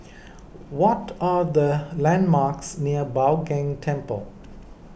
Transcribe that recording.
what are the landmarks near Bao Gong Temple